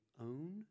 own